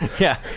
yeah.